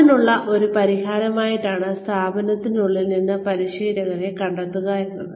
അതിനുള്ള ഒരു പരിഹാരമാണ് സ്ഥാപനത്തിനുള്ളിൽ നിന്ന് പരിശീലകരെ കണ്ടെത്തുക എന്നത്